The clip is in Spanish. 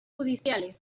judiciales